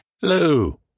Hello